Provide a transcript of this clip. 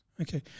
Okay